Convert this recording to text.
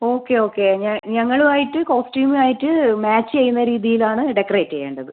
okay okay ഞങ്ങളും ആയിട്ട് കോസ്റ്റ്യൂമുവായിട്ട് മാച്ച് ചെയ്യുന്ന രീതിയിലാണ് ഡെക്കറേറ്റ് ചെയ്യേണ്ടത്